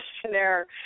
questionnaire